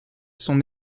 sont